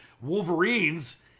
Wolverines